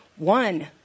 One